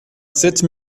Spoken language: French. sept